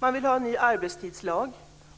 Man vill ha en ny arbetstidslag.